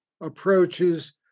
approaches